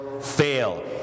fail